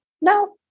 No